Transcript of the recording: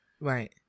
Right